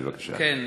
בבקשה.